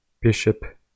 Bishop